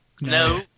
No